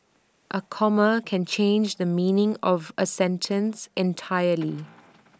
A comma can change the meaning of A sentence entirely